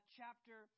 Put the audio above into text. chapter